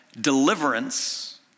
deliverance